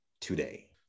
today